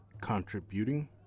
Contributing